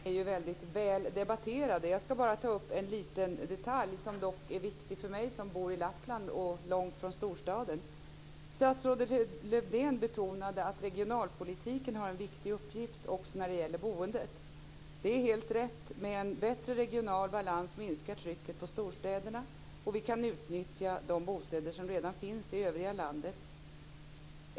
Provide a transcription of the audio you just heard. Fru talman! De flesta frågor är väldigt väl debatterade. Jag ska bara ta upp en liten detalj, som dock är viktig för mig som bor i Lappland och långt från storstaden. Statsrådet Lövdén betonade att regionalpolitiken har en viktig uppgift också när det gäller boendet. Det är helt riktigt. Med en bättre regional balans minskar trycket på storstäderna, och vi kan utnyttja de bostäder som redan finns i övriga landet.